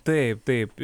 taip taip